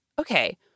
okay